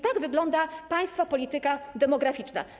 Tak wygląda państwa polityka demograficzna.